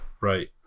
right